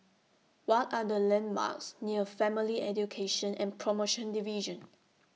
What Are The landmarks near Family Education and promotion Division